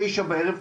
תשע בערב,